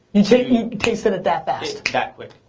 you tasted you tasted it that fast. that quick.